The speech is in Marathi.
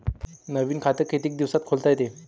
नवीन खात कितीक दिसात खोलता येते?